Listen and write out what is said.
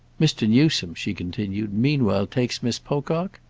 mr. newsome, she continued, meanwhile takes miss pocock?